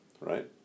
Right